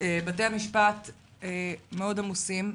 בתי המשפט מאוד עמוסים,